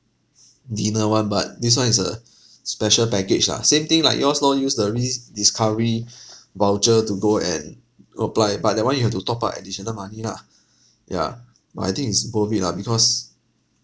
dinner [one] but this one is a special package lah same thing like yours lor use the rediscovery voucher to go and apply but that one you have to top up additional money lah yeah but I think it's worth it lah because